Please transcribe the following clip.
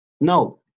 no